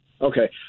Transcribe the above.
Okay